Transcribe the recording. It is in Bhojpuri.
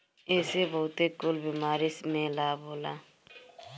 एसे बहुते कुल बीमारी में लाभ होला